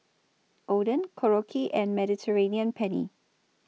Oden Korokke and Mediterranean Penne